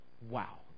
Wow